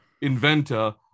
inventor